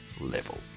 level